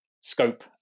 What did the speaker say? scope